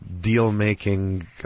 deal-making